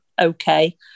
okay